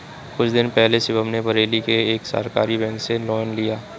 कुछ दिन पहले शिवम ने बरेली के एक सहकारी बैंक से लोन लिया